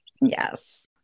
Yes